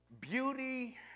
beauty